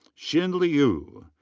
xin liu.